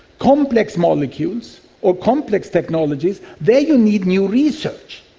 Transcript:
complex molecules or complex technologies, there you need new research,